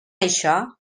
això